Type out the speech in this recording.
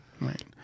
Right